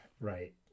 Right